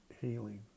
healing